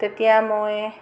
তেতিয়া মই